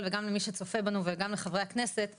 וגם למי שצופה בנו וגם לחברי הכנסת שבאמת,